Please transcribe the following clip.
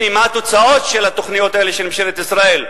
הנה, מה התוצאות של התוכניות האלה של ממשלת ישראל,